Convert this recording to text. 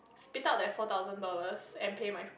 spit out that four thousand dollars and pay my